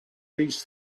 these